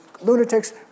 lunatics